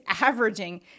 averaging